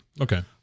Okay